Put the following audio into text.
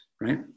right